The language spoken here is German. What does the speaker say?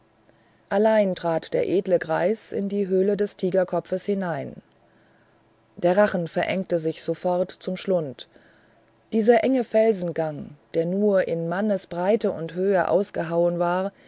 allein trat der edle greis in die höhle des tigerkopfes hinein der rachen verengerte sich sofort zum schlund dieser enge felsengang der nur in mannesbreite und höhe ausgehauen war